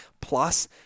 Plus